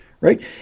right